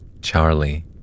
Charlie